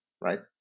right